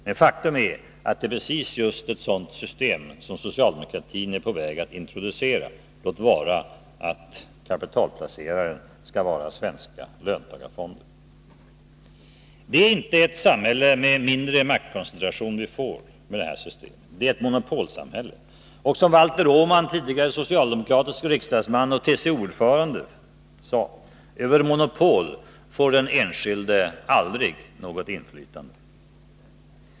Men faktum är att det är precis ett sådant system som socialdemokratin är på väg att introducera — låt vara att kapitalplaceraren skulle vara svenska löntagarfonder. Det är inte ett samhälle med mindre maktkoncentration vi får, det är ett monopolsamhälle. Och som Walter Åman, tidigare socialdemokratisk riksdagsman och TCO-ordförande, sade: Över monopol får den enskilde aldrig något inflytande.